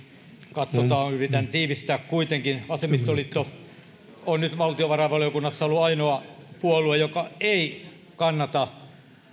katsotaan yritän tiivistää kuitenkin vasemmistoliitto on nyt valtiovarainvaliokunnassa ollut ainoa puolue joka ei kannata